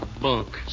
bunk